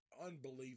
unbelievable